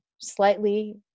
slightly